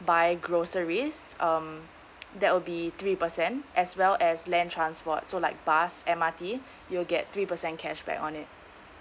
buy groceries um there will be three percent as well as land transport so like bus and M_R_T you'll get three percent cashback on it